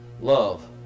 Love